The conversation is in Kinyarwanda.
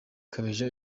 kabeja